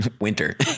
winter